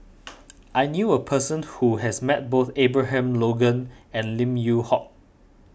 I knew a person who has met both Abraham Logan and Lim Yew Hock